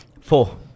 Four